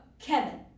Kevin